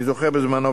אני זוכר בזמנו,